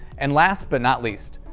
and last but not least,